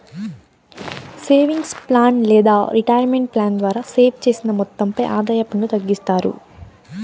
savings plan లేదా retirement plan ద్వారా save చేసిన మొత్తంపై ఆదాయ పన్ను తగ్గిస్తారు